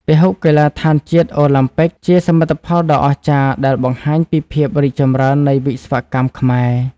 ពហុកីឡដ្ឋានជាតិអូឡាំពិកជាសមិទ្ធផលដ៏អស្ចារ្យដែលបង្ហាញពីភាពរីកចម្រើននៃវិស្វកម្មខ្មែរ។